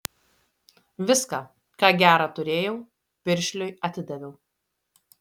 viską ką gera turėjau piršliui atidaviau